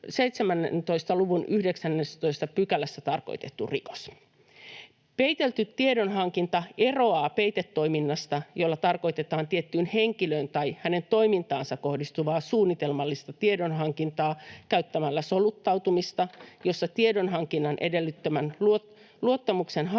17 luvun 19 §:ssä tarkoitettu rikos. Peitelty tiedonhankinta eroaa peitetoiminnasta, jolla tarkoitetaan tiettyyn henkilöön tai hänen toimintaansa kohdistuvaa suunnitelmallista tiedonhankintaa käyttämällä soluttautumista, jossa tiedonhankinnan edellyttämän luottamuksen hankkimiseksi